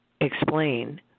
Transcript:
explain